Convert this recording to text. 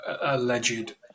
alleged